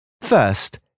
First